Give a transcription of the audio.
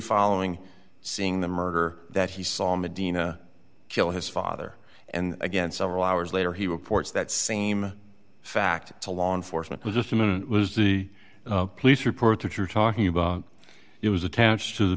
following seeing the murder that he saw medina kill his father and again several hours later he reports that same fact to law enforcement was just a minute was the police report that you're talking about it was attached to the